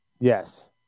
Yes